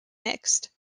mixed